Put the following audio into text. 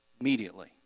immediately